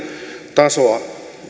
tasoa